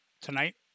tonight